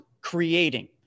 creating